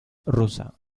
rusa